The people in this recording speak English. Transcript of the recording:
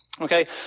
Okay